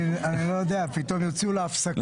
אני לא יודע, פתאום יצאו להפסקה.